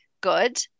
good